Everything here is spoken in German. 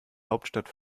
hauptstadt